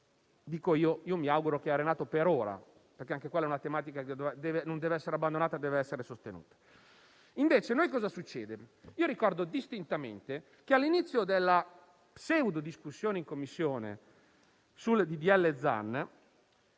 e mi auguro che lo sia solo per ora, perché anche quella è una tematica che non deve essere abbandonata e deve essere sostenuta. A noi, invece, cosa succede? Ricordo distintamente che, all'inizio della pseudo-discussione in Commissione sul disegno